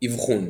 אבחון